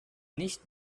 nicht